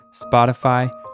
Spotify